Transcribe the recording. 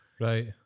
Right